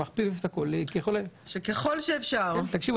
אנחנו צריכים